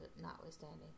notwithstanding